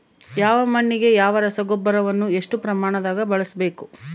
ಯಾವ ಮಣ್ಣಿಗೆ ಯಾವ ರಸಗೊಬ್ಬರವನ್ನು ಎಷ್ಟು ಪ್ರಮಾಣದಾಗ ಬಳಸ್ಬೇಕು?